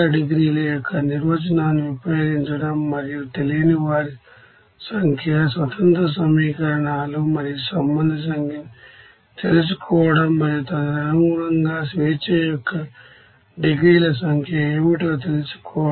degrees of freedom ఉపయోగించడం మరియు తెలియని వారి సంఖ్య ఇండిపెండెంట్ ఈక్వేషన్స్ మరియు సంబంధాల సంఖ్యను తెలుసుకోవడం మరియు తదనుగుణంగా డిగ్రీస్ అఫ్ ఫ్రీడమ్ సంఖ్య ఏమిటో తెలుసుకోవడం